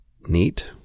neat